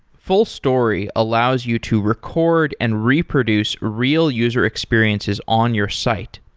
fullstory allows you to record and reproduce real user experiences on your site.